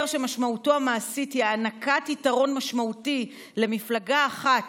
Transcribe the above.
שמשמעותו המעשית היא הענקת יתרון משמעותי למפלגה אחת,